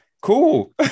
cool